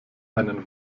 einen